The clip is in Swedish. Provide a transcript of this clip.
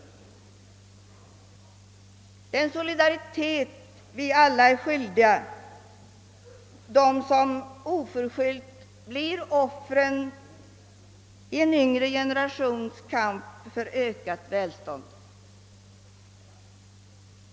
Den solidariteten är vi alla skyldiga dem som oförskyllt blir offer i en yngre generations kamp för ökat välstånd.